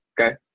Okay